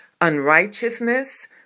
unrighteousness